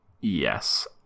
Yes